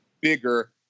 bigger